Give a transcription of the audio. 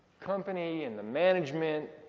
company and the management,